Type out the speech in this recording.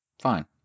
Fine